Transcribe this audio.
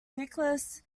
nicholas